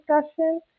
discussion